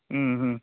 ம் ம்